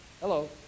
Hello